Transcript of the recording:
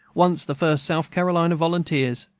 once the first south carolina volunteers,